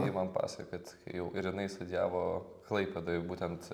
ji man paso kad kai jau ir jinai studijavo klaipėdoj būtent